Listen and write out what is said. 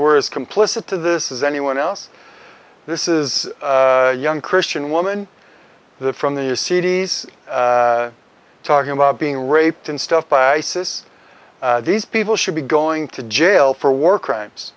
were complicit to this is anyone else this is young christian woman from the cities talking about being raped and stuff by isis these people should be going to jail for war crimes